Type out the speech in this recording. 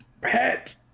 pet